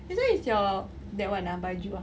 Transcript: this [one] is your that [one] ah baju ah